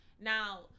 Now